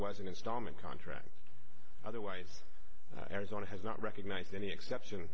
an installment contract otherwise arizona has not recognized any exception